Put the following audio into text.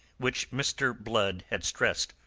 which mr. blood had stressed.